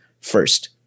first